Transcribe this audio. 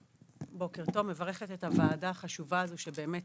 בוקר טוב, מברכת את הוועדה החשובה הזו, שבאמת